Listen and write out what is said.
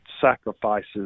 sacrifices